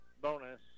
bonus